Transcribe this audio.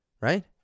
Right